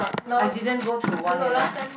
I didn't go through one you know